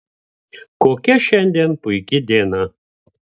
kokia šiandien puiki diena